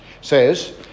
says